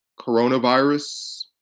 coronavirus